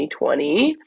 2020